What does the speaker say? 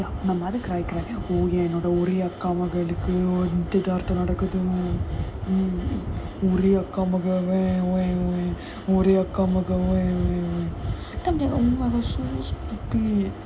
ya my mother cry cry நிச்சயதார்தம் நடக்குது:nichayathartham nadakuthu then I'm like oh my gosh so stupid